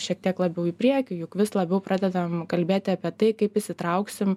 šiek tiek labiau į priekį juk vis labiau pradedam kalbėti apie tai kaip įsitrauksim